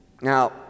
Now